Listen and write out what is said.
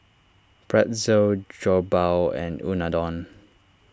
Pretzel Jokbal and Unadon